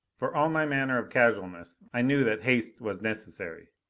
for all my manner of casualness, i knew that haste was necessary.